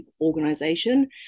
organization